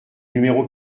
numéro